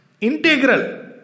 Integral